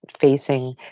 facing